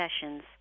sessions